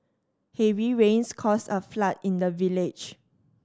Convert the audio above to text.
heavy rains caused a flood in the village